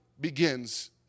begins